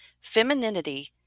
Femininity